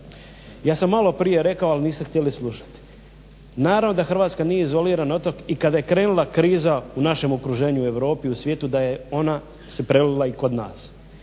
Ja sam malo prije rekao, ali niste htjeli slušati. Naravno da Hrvatska nije izoliran otok i kada je krenula kriza u našem okruženju, u Europi, u svijetu da se ona prelila i kod nas.